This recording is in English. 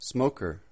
Smoker